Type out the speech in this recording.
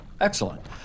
excellent